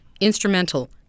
instrumental